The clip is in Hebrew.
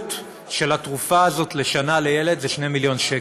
העלות של התרופה הזאת לשנה לילד זה 2 מיליון שקל.